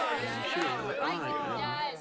i am sure i am